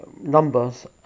Numbers